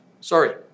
Sorry